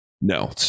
No